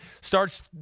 starts